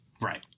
Right